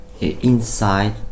inside